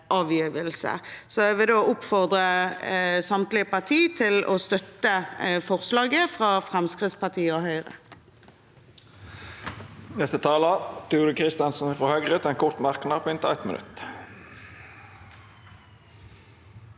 Jeg vil da oppfordre samtlige partier til å støtte forslaget fra Fremskrittspartiet og Høyre.